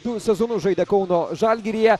du sezonus žaidė kauno žalgiryje